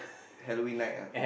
Halloween night ah